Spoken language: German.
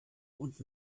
und